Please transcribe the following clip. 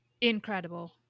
incredible